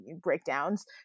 breakdowns